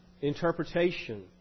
interpretation